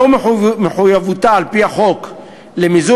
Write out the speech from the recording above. זאת לאור מחויבותה על-פי החוק למזעור